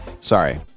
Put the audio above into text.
Sorry